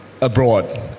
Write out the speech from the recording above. abroad